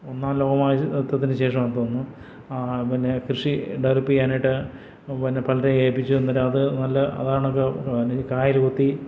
ഒന്നാം ലോക മഹായുദ്ധത്തിന് ശേഷമാണെന്ന് തോന്നുന്നു പിന്നെ കൃഷി ഡെവലപ്പ് ചെയ്യാനായിട്ട് പിന്നെ പലരെയും ഏൽപ്പിച്ചു എന്നിട്ടത് നല്ല അതാണത് കായൽ കുത്തി